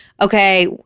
okay